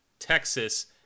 Texas